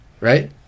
right